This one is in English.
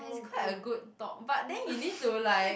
quite a good talk but then you need to like